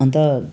अन्त